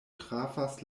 trafas